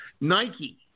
Nike